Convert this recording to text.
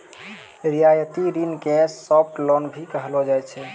रियायती ऋण के सॉफ्ट लोन भी कहलो जाय छै